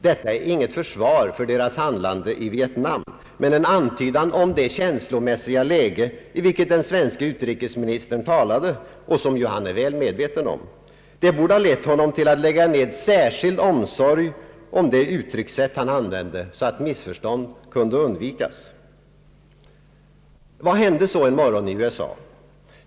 Detta är inget försvar för deras handlande i Vietnam men en antydan om det känslomässiga läge i vilket den svenske utrikesministern talade och som ju han är väl medveten om. Det borde ha lett honom till att lägga ner särskild omsorg på de uttryckssätt han använde så att missförstånd kunde undvikas. Vad hände så en morgon i USA?